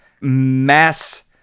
mass